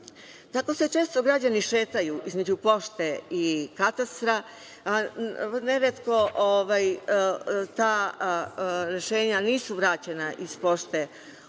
se često građani šetaju između pošte i katastra. Neretko ta rešenja nisu vraćena iz pošte u